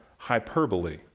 hyperbole